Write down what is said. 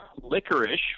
licorice